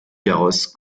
garros